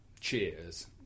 cheers